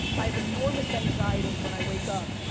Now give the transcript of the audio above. i have enormous anxiety when i wake up,